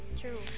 True